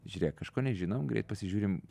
žiūrėk kažko nežinom greit pasižiūrim